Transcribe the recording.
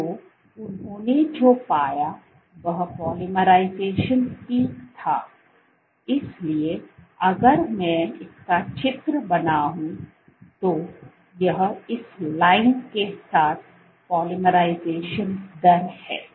तो उन्होंने जो पाया वह पॉलिमराइजेशन पीक था इसलिए अगर मैं इसका चित्र बना हूं तो यह इस लाइन के साथ पॉलीमराइजेशन दर है